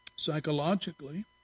Psychologically